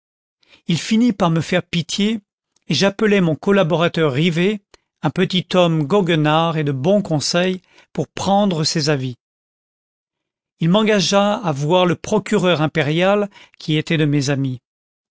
il finit par me faire pitié et j'appelai mon collaborateur rivet un petit homme goguenard et de bon conseil pour prendre ses avis il m'engagea à voir le procureur impérial qui était de mes amis